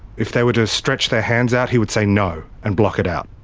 if they were to stretch their hands out he would say no, and block it out.